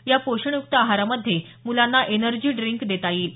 या पोषण युक्त आहारामध्ये मुलांना एनर्जी ड्रिंक देता येईल